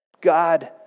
God